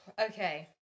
Okay